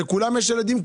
לכולם יש ילדים,